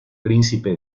príncipe